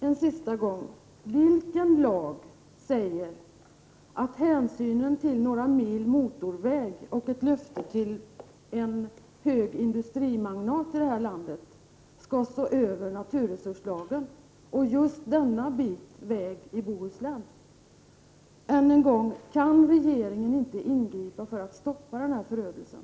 Fru talman! En sista gång: Vilken lag säger att hänsynen till några mil motorväg och ett löfte till en hög industrimagnat i det här landet skall stå över naturresurslagen — och just denna bit väg i Bohuslän? Kan regeringen inte ingripa för att stoppa den här förödelsen?